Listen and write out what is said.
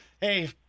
Hey